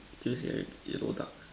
this a yellow duck